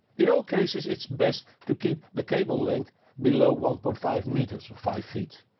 in all cases it's best to keep the cable length below one point five meters or five feet.